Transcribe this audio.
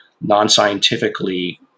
non-scientifically